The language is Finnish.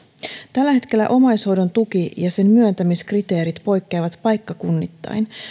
tällä hetkellä omaishoidon tuki ja sen myöntämiskriteerit poikkeavat paikkakunnittain